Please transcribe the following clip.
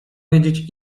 wiedzieć